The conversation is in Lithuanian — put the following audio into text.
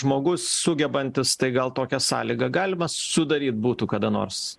žmogus sugebantis tai gal tokią sąlygą galima sudaryt būtų kada nors